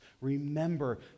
Remember